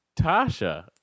Tasha